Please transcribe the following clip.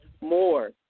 more